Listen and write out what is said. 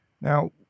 Now